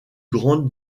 grande